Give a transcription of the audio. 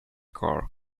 car